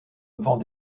vend